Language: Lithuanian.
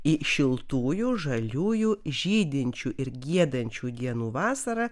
į šiltųjų žaliųjų žydinčių ir giedančių dienų vasarą